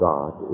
God